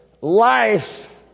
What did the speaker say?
life